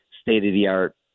state-of-the-art